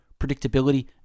predictability